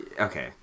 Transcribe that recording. okay